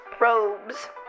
robes